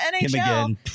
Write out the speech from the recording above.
nhl